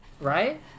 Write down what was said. right